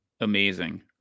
amazing